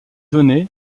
donnée